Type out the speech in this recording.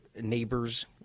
neighbors